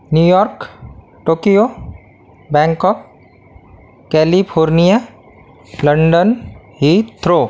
New York Tokyo Bangkok California London heathrow